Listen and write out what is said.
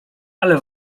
ale